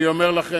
אני אומר לכם,